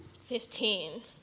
Fifteen